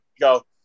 go